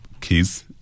kids